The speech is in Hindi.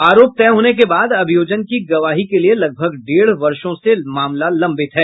आरोप तय होने के बाद अभियोजन की गवाही के लिये लगभग डेढ़ वर्षों से मामला लंबित है